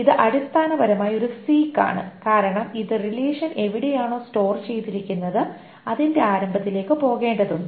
ഇത് അടിസ്ഥാനപരമായി ഒരു സീക് ആണ് കാരണം ഇത് റിലേഷൻ എവിടെയാണോ സ്റ്റോർ ചെയ്തിരിക്കുന്നത് അതിന്റെ ആരംഭത്തിലേക്ക് പോകേണ്ടതുണ്ട്